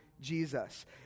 Jesus